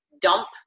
dump